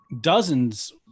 dozens